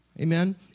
Amen